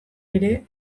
ere